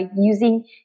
using